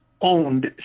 owned